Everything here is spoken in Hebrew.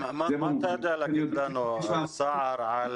מה אתה יודע להגיד לנו על ההיערכות